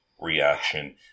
reaction